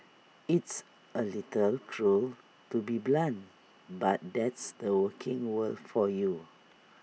it's A little cruel to be blunt but that's the working world for you